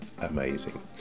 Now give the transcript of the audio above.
amazing